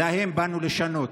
להם באנו לשנות,